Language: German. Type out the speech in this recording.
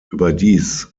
überdies